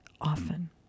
often